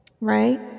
right